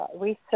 Research